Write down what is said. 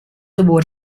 award